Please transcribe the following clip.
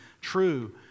true